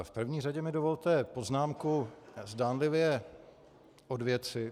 V první řadě mi dovolte poznámku zdánlivě od věci.